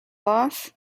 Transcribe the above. off